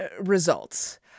results